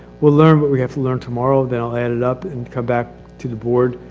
we'll learn what we have to learn tomorrow then i'll add it up and come back to the board